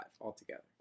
altogether